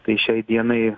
tai šiai dienai